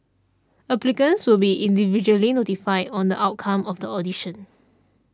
applicants will be individually notified on the outcome of the audition